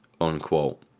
unquote